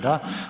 Da.